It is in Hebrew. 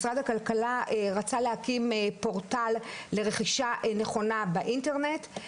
משרד הכלכלה רצה להקים פורטל לרכישה נכונה באינטרנט,